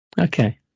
Okay